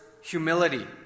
humility